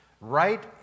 Right